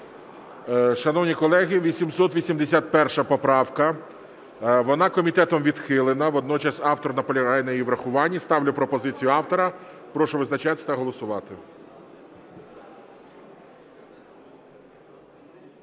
Шановні колеги, 881 поправка. Вона комітетом відхилена водночас автор наполягає на її врахуванні. Ставлю пропозицію автора. Прошу визначатись та голосувати.